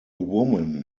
woman